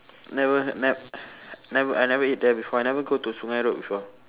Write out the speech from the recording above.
never ne~ never I never eat there before I never go to sungei road before